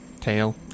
tail